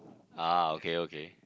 ah okay okay